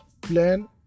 plan